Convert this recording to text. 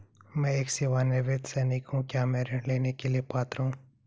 मैं एक सेवानिवृत्त सैनिक हूँ क्या मैं ऋण लेने के लिए पात्र हूँ?